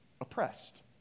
oppressed